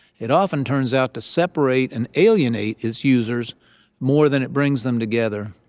it often turns out to separate and alienate its users more than it brings them together.